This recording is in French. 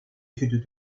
étude